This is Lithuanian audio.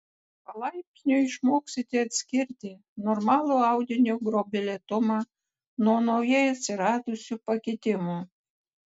palaipsniui išmoksite atskirti normalų audinio gruoblėtumą nuo naujai atsiradusių pakitimų